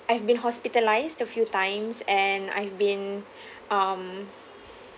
I have been hospitalised a few times and I've been um